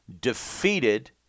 defeated